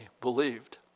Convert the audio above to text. believed